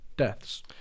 deaths